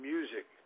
Music